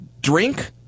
drink